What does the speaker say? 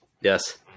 Yes